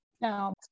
Now